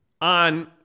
on